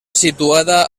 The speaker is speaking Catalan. situada